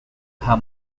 her